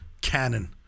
canon